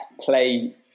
play